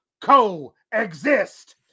coexist